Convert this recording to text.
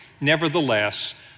nevertheless